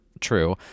true